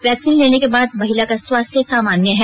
vaccine लेने के बाद महिला का स्वास्थ्य सामान्य है